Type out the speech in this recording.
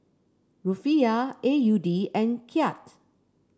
Rufiyaa A U D and Kyat